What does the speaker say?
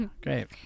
Great